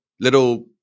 little